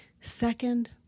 Second